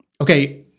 Okay